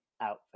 outfit